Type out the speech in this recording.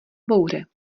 bouře